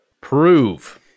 Prove